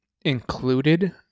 included